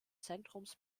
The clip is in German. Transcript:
zentrums